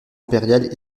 impériale